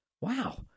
wow